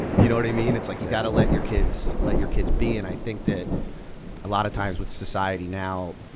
you know what i mean, it's like you gotta let your kids. let your kids be. and i think that a lot of times with society now,